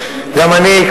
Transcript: גם אני,